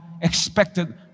expected